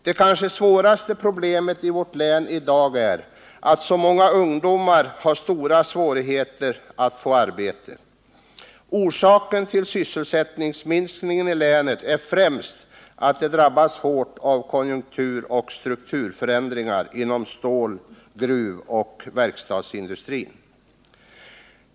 Det kanske svåraste problemet i vårt län i dag är att så många ungdomar har stora svårigheter att få arbete. Orsaken till sysselsättningsminskningen i länet är främst att det drabbats hårt av konjunkturoch strukturförändringar inom stål-, gruvoch verkstadsindustrin.